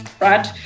right